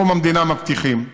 מקום המדינה מבטיחים,